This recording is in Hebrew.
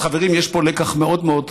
אז, חברים, יש פה לקח מאוד מאוד עמוק,